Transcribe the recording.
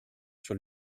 sur